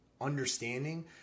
understanding